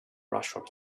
rushed